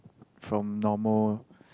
from normal